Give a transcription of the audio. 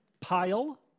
pile